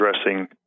addressing